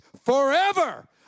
forever